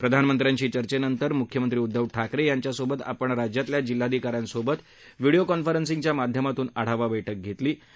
प्रधानमंत्र्यांशी चर्चेनंतर मुख्यमंत्री उद्दव ठाकरव्राच्यासोबत आपण राज्यातल्या जिल्ह्याधिकाऱ्यांसोबत व्हिडिओ कॉन्फरंसिंगच्या माध्यमातून आढावा बैठक घरिसी